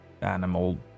animal